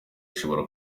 ishobora